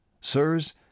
Sirs